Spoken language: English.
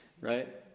right